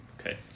Okay